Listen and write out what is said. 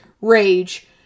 rage